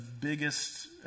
biggest